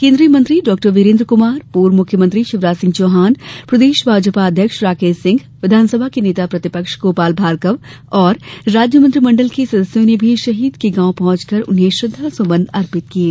केन्द्रीय मंत्री डॉक्टर वीरेन्द्र कुमार पूर्व मुख्यमंत्री शिवराज सिंह चौहान प्रदेश भाजपा अध्यक्ष राकेश सिंह विधानसभा के नेता प्रतिपक्ष गोपाल भार्गव और राज्य मंत्रिमंडल के सदस्यों ने भी शहीद के गांव पहुंचकर उन्हें श्रद्दा सुमन अर्पित किये